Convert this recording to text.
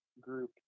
group